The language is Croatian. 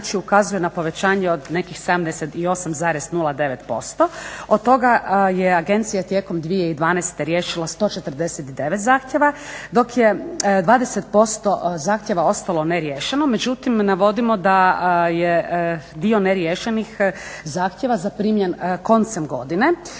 što ukazuje na povećanje od nekih 78,09%. Od toga je agencija tijekom 2012. riješila 149 zahtjeva, dok je 20% zahtjeva ostalo neriješeno, međutim navodimo da je dio neriješenih zahtjeva zaprimljen koncem godine